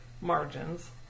margins